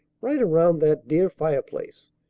right around that dear fireplace.